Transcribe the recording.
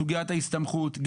סוגיית ההסתמכות,